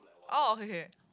oh okay okay